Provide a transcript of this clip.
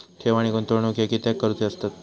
ठेव आणि गुंतवणूक हे कित्याक करुचे असतत?